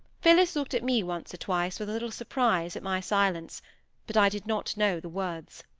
phillis looked at me once or twice with a little surprise at my silence but i did not know the words.